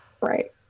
right